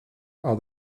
are